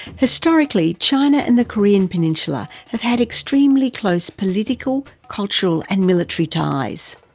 historically, china and the korean peninsula have had extremely close political, cultural, and military ties.